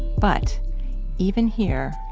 but even here,